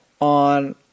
on